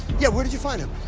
yeah, where did you find him?